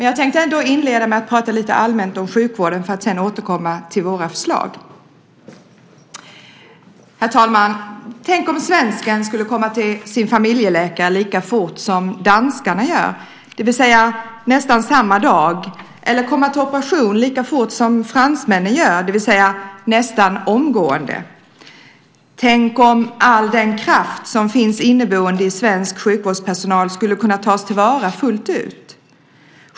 Jag tänkte ändå inleda med att tala lite allmänt om sjukvården för att sedan återkomma till våra förslag. Tänk om svenskarna skulle komma till sin familjeläkare lika fort som danskarna gör, det vill säga nästan samma dag, eller komma till operation lika fort som fransmännen gör, det vill säga nästan omgående. Tänk om all den kraft som finns inneboende i svensk sjukvårdspersonal skulle kunna tas till vara fullt ut.